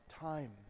time